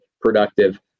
productive